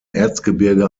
erzgebirge